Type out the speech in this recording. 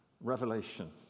revelation